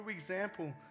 example